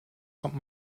kommt